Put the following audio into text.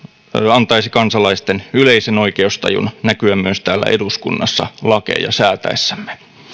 antaisi kansalaisten yleisen oikeustajun näkyä myös täällä eduskunnassa lakeja säätäessämme